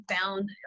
found